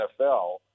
NFL